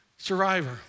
Survivor